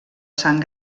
sant